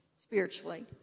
Spiritually